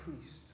priest